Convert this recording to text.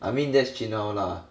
I mean that's chin hao lah